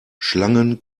schlangen